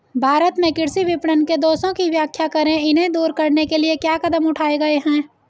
भारत में कृषि विपणन के दोषों की व्याख्या करें इन्हें दूर करने के लिए क्या कदम उठाए गए हैं?